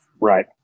Right